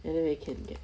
and then we can ya